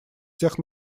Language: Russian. всех